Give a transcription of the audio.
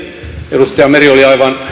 edustaja meri oli aivan